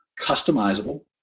customizable